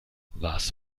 was